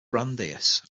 brandeis